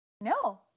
No